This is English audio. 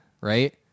right